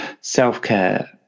self-care